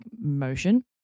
motion